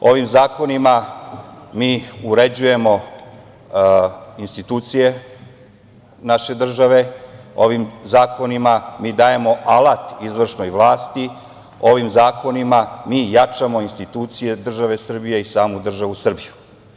Ovim zakonima mi uređujemo institucije naše države, ovim zakonima mi dajemo alat izvršnoj vlasti, ovim zakonima mi jačamo institucije države Srbije i samu državu Srbiju.